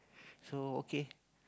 so okay